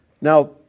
Now